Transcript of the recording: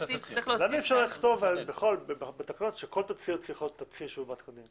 למה אי אפשר לכתוב בתקנות שכל תצהיר צריך להיות תצהיר שאומת כדין?